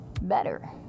better